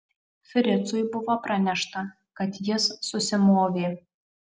fricui buvo pranešta kad jis susimovė